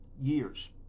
years